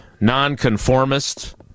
nonconformist